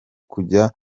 kujya